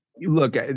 Look